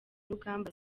rugamba